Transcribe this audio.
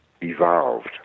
evolved